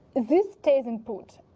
this stays input,